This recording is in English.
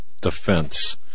defense